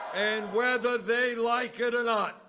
and whether they like it or not,